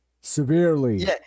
Severely